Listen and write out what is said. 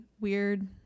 weird